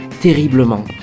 terriblement